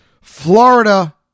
Florida